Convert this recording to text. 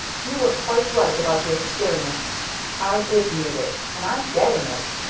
you were quite right about the experience i did need it and i'm getting it!